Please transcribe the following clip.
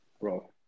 bro